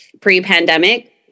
pre-pandemic